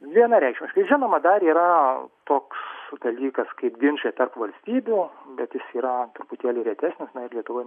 vienareikšmiškai žinoma dar yra toks dalykas kaip ginčai tarp valstybių bet jis yra truputėlį retesnis lietuvoje